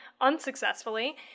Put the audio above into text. unsuccessfully